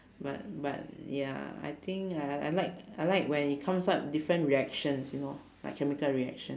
but but ya I think I I like I like when it comes out different reactions you know like chemical reaction